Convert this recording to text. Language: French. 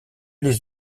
les